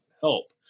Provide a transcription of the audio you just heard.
help